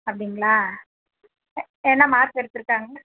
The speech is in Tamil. அப்படிங்களா என்ன மார்க் எடுத்துருக்காங்க